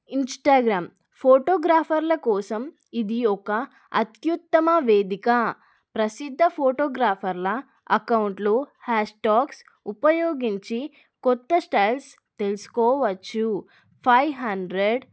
Instagram ఫోటోగ్రాఫర్ల కోసం ఇది ఒక అత్యుత్తమ వేదిక ప్రసిద్ధ ఫోటోగ్రాఫర్ల అకౌంట్లు హ్యాష్టాగ్స్ ఉపయోగించి కొత్త స్టైల్స్ తెలుసుకోవచ్చు ఫైవ్ హండ్రెడ్